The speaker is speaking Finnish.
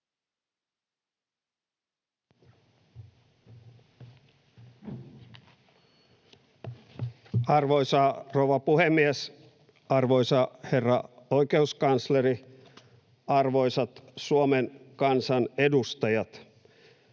Arvoisa rouva puhemies! Arvoisa herra oikeuskansleri! Arvoisat Suomen kansan edustajat!